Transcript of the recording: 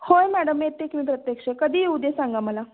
होय मॅडम येते की मी प्रत्यक्ष कधी येऊ ते सांगा मला